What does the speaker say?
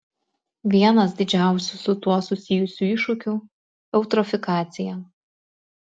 vienas didžiausių su tuo susijusių iššūkių eutrofikacija